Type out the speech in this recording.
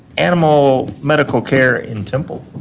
animal medical care in temple.